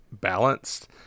balanced